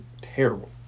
terrible